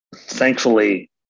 Thankfully